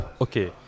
Okay